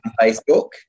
Facebook